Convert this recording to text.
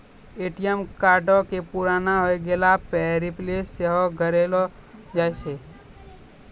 ATM कार्डो के पुराना होय गेला पे रिप्लेस सेहो करैलो जाय सकै छै